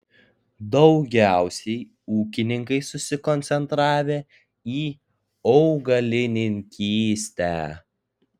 daugiausiai ūkininkai susikoncentravę į augalininkystę